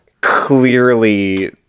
clearly